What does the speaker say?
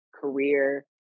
career